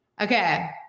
Okay